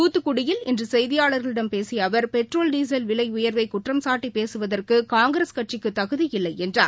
தூத்துக்குடியில் இன்றுசெய்தியாளர்களிடம் பேசியஅவர் பெட்ரேல் டீசல் விலைஉயர்வைகுற்றம்சாட்டிபேசுவதற்கு காங்கிரஸ் கட்சிக்குதகுதியில்லைஎன்றார்